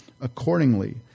Accordingly